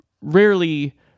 rarely